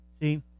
See